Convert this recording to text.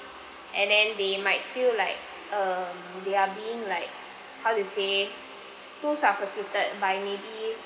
and then they might feel like um they're being how to say too suffocated by maybe